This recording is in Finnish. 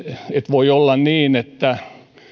voi olla niin että